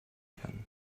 kann